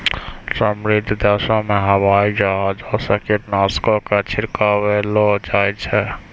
समृद्ध देशो मे हवाई जहाजो से कीटनाशको के छिड़कबैलो जाय छै